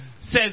says